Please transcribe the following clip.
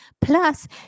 plus